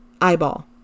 eyeball